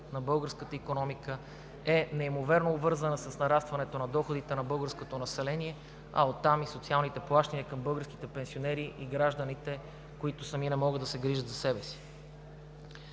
на българската икономика е неимоверно обвързана с нарастването на доходите на българското население, а оттам и социалните плащания към българските пенсионери и гражданите, които сами не могат да се грижат за себе си.